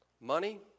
Money